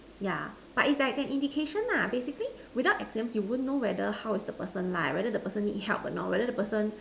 yeah but it's like an indication lah basically without exams you wouldn't know whether how is the person like whether the person need help or not whether the person